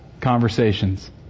conversations